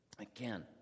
again